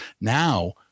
now